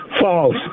False